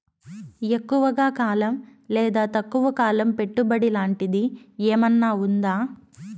ఎక్కువగా కాలం లేదా తక్కువ కాలం పెట్టుబడి లాంటిది ఏమన్నా ఉందా